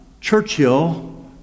Churchill